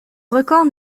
record